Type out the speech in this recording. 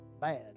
bad